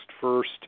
first